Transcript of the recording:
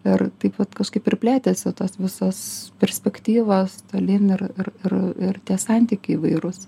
ir taip vat kažkaip ir plėtėsi tas visos perspektyvos tolyn ir ir ir ir tie santykiai įvairūs